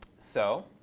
so